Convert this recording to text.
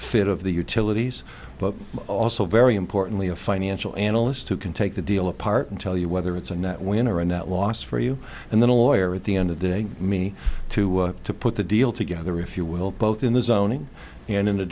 fit of the utilities but also very importantly a financial analyst who can take the deal apart and tell you whether it's a net win or a net loss for you and then a lawyer at the end of the day me to to put the deal together if you will both in the zoning and in the